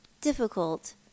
difficult